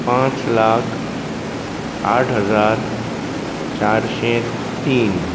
पांच लाख साठ हजार चारशे तीन